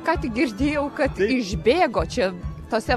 ką tik girdėjau kad išbėgo čia tose